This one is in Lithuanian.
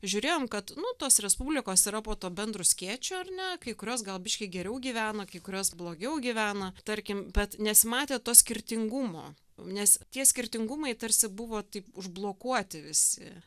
žiūrėjom kad nu tos respublikos yra po tuo bendru skėčiu ar ne kai kurios gal biškį geriau gyvena kai kurios blogiau gyvena tarkim bet nesimatė to skirtingumo nes tie skirtingumai tarsi buvo taip užblokuoti visi